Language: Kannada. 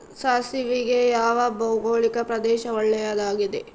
ಸಾಸಿವೆಗೆ ಯಾವ ಭೌಗೋಳಿಕ ಪ್ರದೇಶ ಒಳ್ಳೆಯದಾಗಿದೆ?